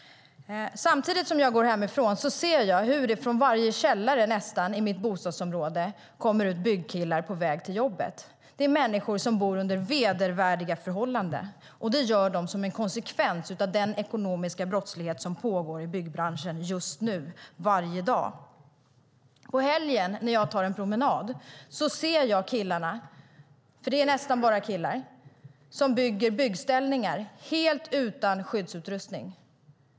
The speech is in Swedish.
När jag går hemifrån ser jag hur det från nästan varje källare i mitt bostadsområde kommer ut byggkillar på väg till jobbet. Det är människor som bor under vedervärdiga förhållanden, och det gör de som en konsekvens av den ekonomiska brottslighet som pågår i byggbranschen just nu och varje dag. På helgen, när jag tar en promenad, ser jag killarna, för det är nästan bara killar, som bygger byggställningar helt utan skyddsutrustning.